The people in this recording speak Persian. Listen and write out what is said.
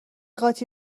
قاطی